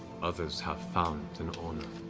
others have found an owner.